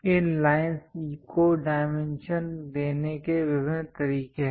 इन lines को dimension देने के विभिन्न तरीके हैं